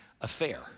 affair